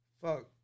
fuck